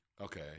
Okay